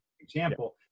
example